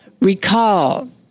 Recall